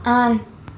اَن